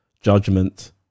judgment